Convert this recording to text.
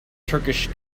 turkish